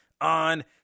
on